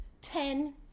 ten